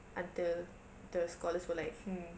until the scholars were like hmm